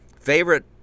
Favorite